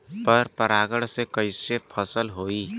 पर परागण से कईसे फसल होई?